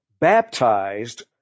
baptized